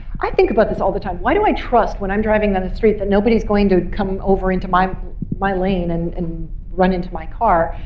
i think about this all the time. why do i trust when i'm driving down the street that nobody is going to come over into my my lane and and run into my car?